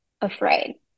afraid